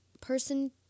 person